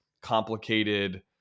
complicated